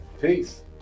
Peace